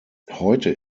heute